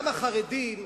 גם אתם החרדים,